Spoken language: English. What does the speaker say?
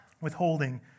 withholding